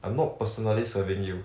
I'm not personally serving you